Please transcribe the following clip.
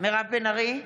מירב בן ארי,